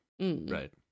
Right